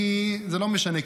לי זה לא משנה,